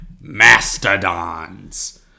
Mastodons